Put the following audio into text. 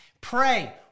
pray